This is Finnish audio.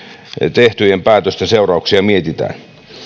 tehtyjen päätösten seurauksia mietitään